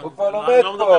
הוא כבר לומד פה.